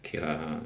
okay lah